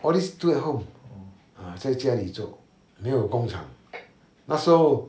all these do at home ah 在家里做没有工厂那时候